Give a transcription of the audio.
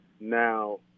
now